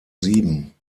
sieben